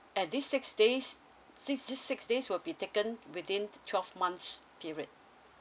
at this six days sixty six days will be taken within twelve months period